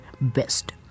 best